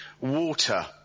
water